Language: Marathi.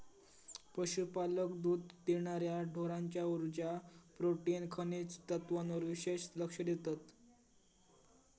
पशुपालक दुध देणार्या ढोरांच्या उर्जा, प्रोटीन, खनिज तत्त्वांवर विशेष लक्ष देतत